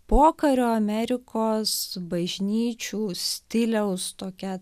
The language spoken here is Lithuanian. pokario amerikos bažnyčių stiliaus tokia